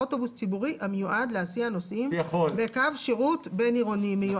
אוטובוס ציבורי המיועד להסיע נוסעים בקו שירות בין עירוני.